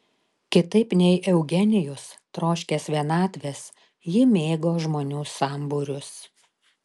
kitaip nei eugenijus troškęs vienatvės ji mėgo žmonių sambūrius